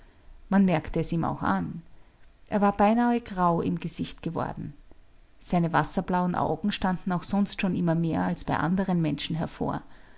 man merkte es ihm auch an er war beinahe grau im gesicht geworden seine wasserblauen augen standen auch sonst schon immer mehr als bei anderen menschen hervor